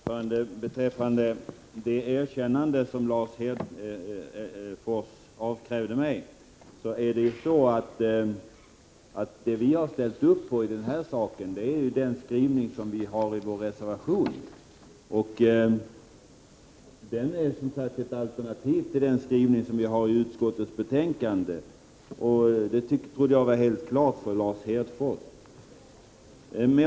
Herr talman! Beträffande det erkännande som Lars Hedfors avkrävde mig vill jag peka på att det vi har ställt upp på i detta sammanhang är den skrivning vi har i vår reservation. Den skrivningen är, som sagt, ett alternativ till utskottsmajoritetens skrivning, vilket jag trodde var helt klart för Lars Hedfors.